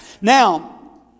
Now